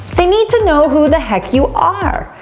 they need to know who the heck you are.